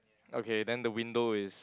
okay then the window is